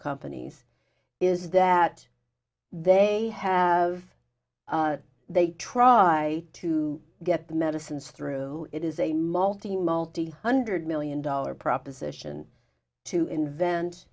companies is that they have they try to get the medicines through it is a multi multi hundred million dollar proposition to invent